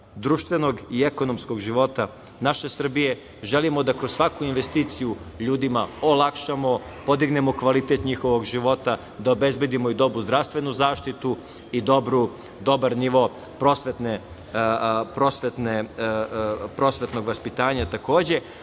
i ekonomskog života naše Srbije. Želimo da kroz svaku investiciju ljudima olakšamo, podignemo kvalitet njihovog života, da obezbedimo i dobru zdravstvenu zaštitu i dobar nivo prosvetnog vaspitanja takođe. Ono